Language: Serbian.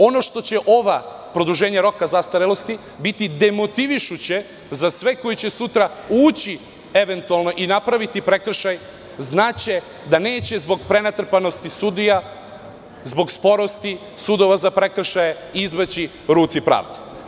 Ovo produženje roka zastarelosti će biti demotivišuće za sve koji će sutra eventualno napraviti prekršaj, znaće da neće zbog prenatrpanosti sudija, zbog sporosti sudova za prekršaje, izmaći ruci pravde.